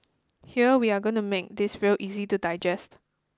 here we are gonna make this real easy to digest